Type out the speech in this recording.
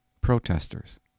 protesters